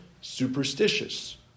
superstitious